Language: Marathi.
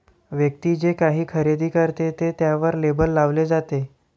व्यक्ती जे काही खरेदी करते ते त्यावर लेबल लावले जाते